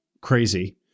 crazy